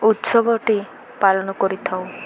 ଉତ୍ସବଟି ପାଳନ କରିଥାଉ